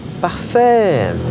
Parfait